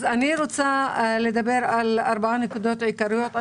אני רוצה לדבר על ארבע נקודות עיקריות.